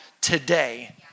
today